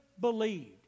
believed